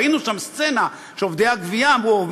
ראינו שם סצנה שלעובדי הגבייה אמרו,